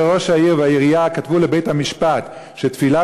ראש העיר והעירייה כתבו לבית-המשפט שתפילה